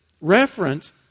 reference